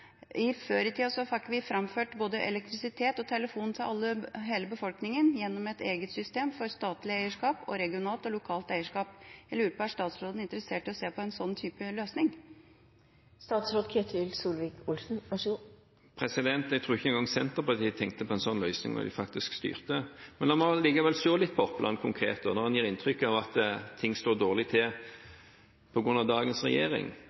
tida fikk vi framført både elektrisitet og telefon til hele befolkningen gjennom et eget system for statlig eierskap og regionalt og lokalt eierskap. Jeg lurer da på: Er statsråden interessert i å se på en sånn type løsning? Jeg tror ikke engang Senterpartiet tenkte på en slik løsning da de faktisk styrte. Men la meg likevel se litt på Oppland konkret når en gir inntrykk av at ting står dårlig til på grunn av dagens regjering.